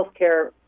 healthcare